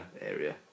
area